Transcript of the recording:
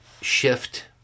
shift